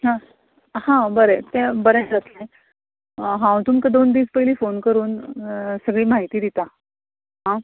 हां बरें तें बरेंत जातलें हांव तुमकां दोन दीस पयलीं फोन करून सगळीं म्हायती दिता हां